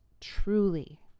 truly